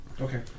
Okay